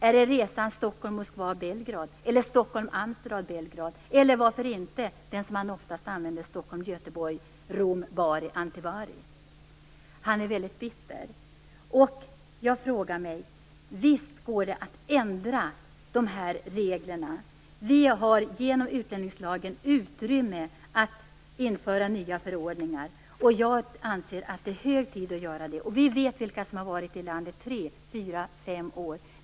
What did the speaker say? Är det resan Stockholm-Moskva-Belgrad eller Stockholm-Amsterdam-Belgrad eller varför inte den som oftast används: Stockholm-Göteborg-Rom Bari-Antivari? Beqir Hoti är väldigt bitter. Jag frågar mig: Visst går det att ändra de här reglerna? Vi har genom utlänningslagen utrymme att införa nya förordningar, och jag anser att det är hög tid att göra det. Vi vet vilka som har varit i landet i tre, fyra, fem år.